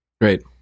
Great